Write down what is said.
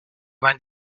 vingt